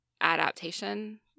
adaptation